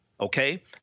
Okay